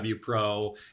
Pro